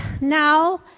now